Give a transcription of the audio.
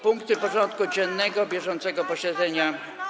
Punkty porządku dziennego bieżącego posiedzenia.